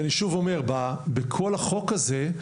אני שוב אומר, בכל החוק הזה,